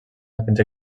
aquests